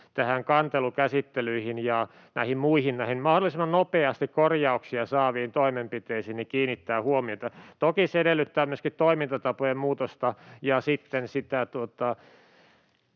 näihin muihin, mahdollisimman nopeasti korjauksia saaviin toimenpiteisiin kiinnittää huomiota. Toki se edellyttää myöskin toimintatapojen muutosta ja sitten